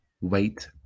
Wait